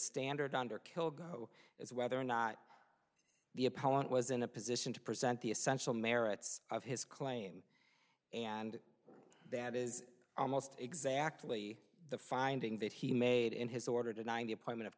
standard under kill go is whether or not the opponent was in a position to present the essential merits of his claim and that is almost exactly the finding that he made in his order to ninety a